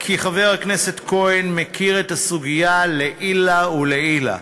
כי חבר הכנסת כהן מכיר את הסוגיה לעילא ולעילא.